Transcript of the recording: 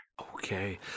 okay